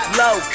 low